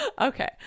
Okay